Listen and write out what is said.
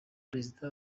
perezida